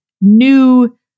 new